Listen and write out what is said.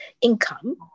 income